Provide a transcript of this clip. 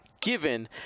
given